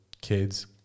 kids